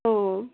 অঁ